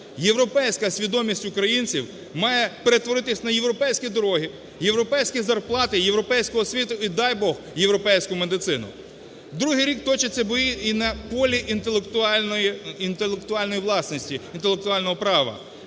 Європейська свідомість українців має перетворитися на європейські дороги, європейські зарплати і європейську освіту, і, дай Бог, європейську медицину. Другий рік точаться бої і на полі інтелектуальної власності, інтелектуального права,